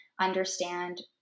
understand